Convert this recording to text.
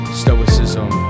stoicism